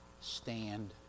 stand